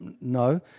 no